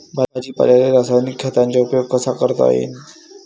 भाजीपाल्याले रासायनिक खतांचा उपयोग कसा करता येईन?